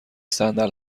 صندل